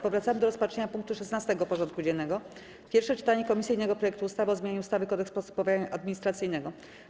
Powracamy do rozpatrzenia punktu 16. porządku dziennego: Pierwsze czytanie komisyjnego projektu ustawy o zmianie ustawy - Kodeks postępowania administracyjnego.